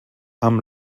amb